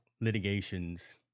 litigations